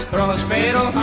Prospero